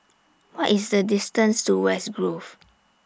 What IS The distance to West Grove